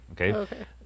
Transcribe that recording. Okay